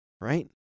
right